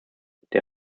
der